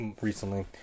recently